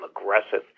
aggressive